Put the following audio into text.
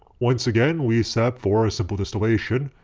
once again we setup for simple distillation.